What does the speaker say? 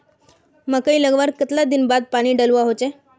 मकई लगवार कतला दिन बाद पानी डालुवा होचे?